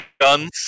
guns